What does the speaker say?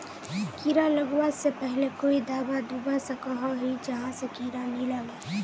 कीड़ा लगवा से पहले कोई दाबा दुबा सकोहो ही जहा से कीड़ा नी लागे?